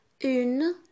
une